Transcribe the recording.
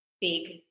big